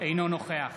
אינו נוכח